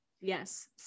Yes